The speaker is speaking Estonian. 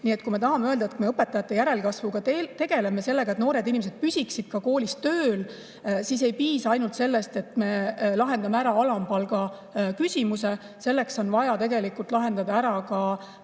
et kui me tahame öelda, et me õpetajate järelkasvuga tegeleme, kui [me tahame], et noored inimesed püsiksid koolis tööl, siis ei piisa ainult sellest, et me lahendame ära alampalga küsimuse. Selleks on vaja lahendada ära ka